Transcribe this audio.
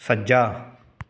ਸੱਜਾ